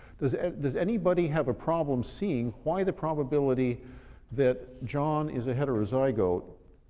does does anybody have a problem seeing why the probability that john is a heterozygote